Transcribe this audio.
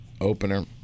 opener